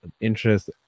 interest